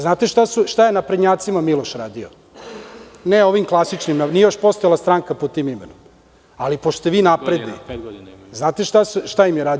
Znate li šta je naprednjacima Miloš radio, ne ovim klasičnim, nije još postojala stranka pod tim imenom, ali pošto ste vi napredni, znate li šta im je radio?